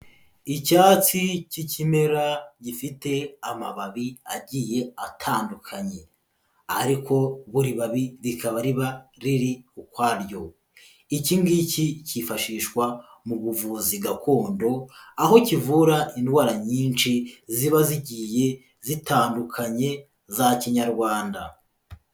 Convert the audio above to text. Icyatsi k'ikimera gifite amababi agiye atandukanye, ariko buri babi rikaba riba riri ukwaryo, iki ngiki kifashishwa mu buvuzi gakondo, aho kivura indwara nyinshi ziba zigiye zitandukanye za kinyarwanda.